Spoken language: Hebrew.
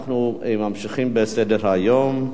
אנחנו ממשיכים בסדר-היום.